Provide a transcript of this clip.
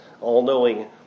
All-Knowing